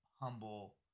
humble